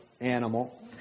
animal